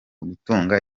gutunga